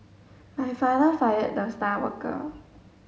my father fired the star worker